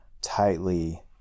tightly